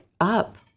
up